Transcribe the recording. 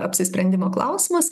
apsisprendimo klausimas